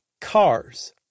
Cars